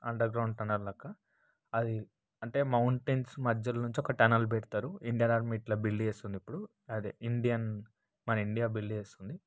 under ground tunnel లెక్క అది అంటే మౌంటెన్స్ మధ్యలో నుంచి ఒక టనల్ పెడతారు ఇండియన్ ఆర్మీ ఇట్లా బిల్డ్ చేస్తుంది ఇప్పుడు అదే ఇండియన్ మన ఇండియా బిల్డ్ చేస్తుంది